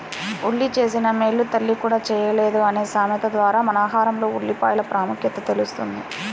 ఉల్లి చేసిన మేలు తల్లి కూడా చేయలేదు అనే సామెత ద్వారా మన ఆహారంలో ఉల్లిపాయల ప్రాముఖ్యత తెలుస్తుంది